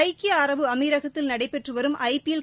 ஐக்கிய அரபு அமீரகத்தில் நடைபெற்று வரும் ஐபிஎல்